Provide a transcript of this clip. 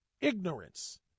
ignorance